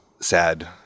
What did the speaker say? sad